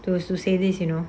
to a should say this you know